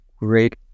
Great